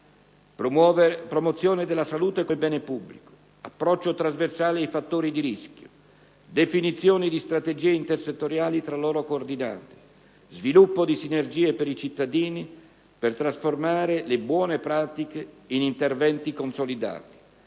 promozione della salute come bene pubblico; approccio trasversale ai fattori di rischio; definizione di strategie intersettoriali, tra loro coordinate; sviluppo di sinergie per i cittadini, per trasformare le buone pratiche in interventi consolidati;